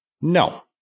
No